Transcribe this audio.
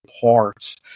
parts